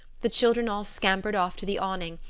the children all scampered off to the awning,